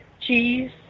cheese